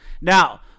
Now